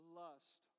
lust